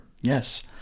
Yes